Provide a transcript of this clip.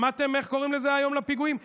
שמעתם איך קוראים לזה היום, לפיגועים?